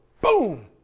boom